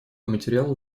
материал